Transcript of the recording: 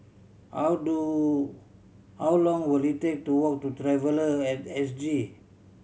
how do how long will it take to walk to Traveller At S G